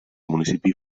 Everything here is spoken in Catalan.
municipi